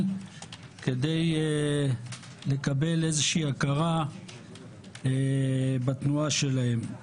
כדי לקבל איזושהי הכרה בתנועה שלהם.